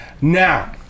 now